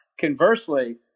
conversely